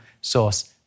source